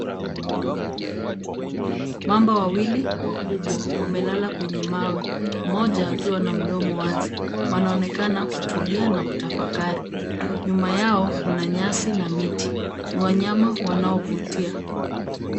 Mamba wawili wakubwa wamelala kwenye mawe, mmoja akiwa na mdomo wazi. Wanaonekana kutulia na kutafakari. Nyuma yao kuna nyasi na miti .Ni wanyama wanaovutia.